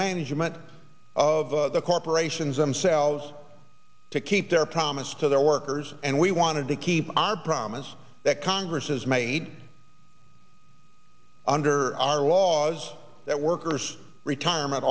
management of the corporations themselves to keep their promise to their workers and we wanted to keep our promise that congresses made under our laws that workers retirement